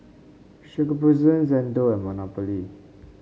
Shokubutsu Xndo and Monopoly